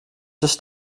ist